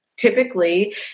Typically